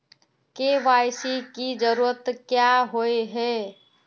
KYC की जरूरत क्याँ होय है?